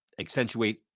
accentuate